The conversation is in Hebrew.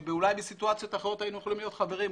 שאולי בסיטואציות אחרות היינו יכולים להיות חברים,